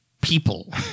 people